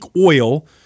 oil